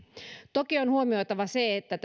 toki on huomioitava se että